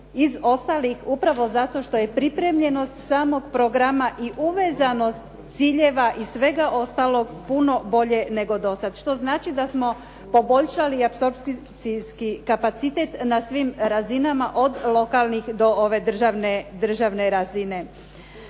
iz ostalih upravo zato što je pripremljenost samog programa i uvezanost ciljeva i svega ostalog puno bolje nego do sada što znači da smo poboljšali apsorpcijski kapacitet na svim razinama od lokalnih do ove državne razine.